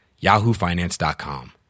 YahooFinance.com